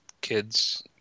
kids